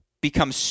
become